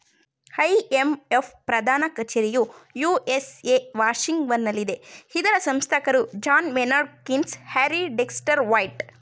IMF ಪ್ರಧಾನ ಕಚೇರಿಯು USA ವಾಷಿಂಗ್ಟನಲ್ಲಿದೆ ಇದರ ಸಂಸ್ಥಾಪಕರು John Maynard Keynes, Harry Dexter white